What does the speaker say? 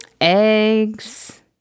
eggs